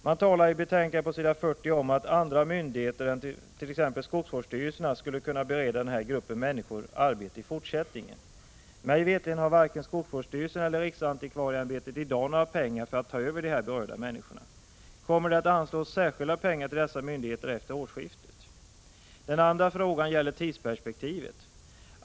Man talar i betänkandet på s. 40 om att andra myndigheter, t.ex. skogsvårdsstyrelserna, skulle kunna bereda den här gruppen människor arbete i fortsättningen. Mig veterligen har varken skogsvårdsstyrelsen eller riksantikvarieämbetet i dag några pengar för att ta över de här berörda människorna. Kommer det att anslås särskilda pengar till dessa myndigheter efter årsskiftet? Den andra frågan gäller tidsperspektivet.